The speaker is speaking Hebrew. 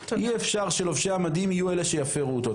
אי אפשר שלובשי המדים יהיו אלה שיפרו אותו,